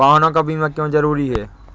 वाहनों का बीमा क्यो जरूरी है?